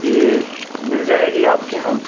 یہ مل جائے گی آپ کے یہاں